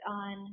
on